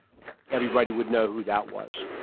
everybody would know who that was.